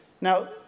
Now